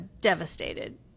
devastated